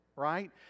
right